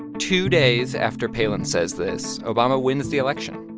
two days after palin says this, obama wins the election.